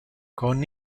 con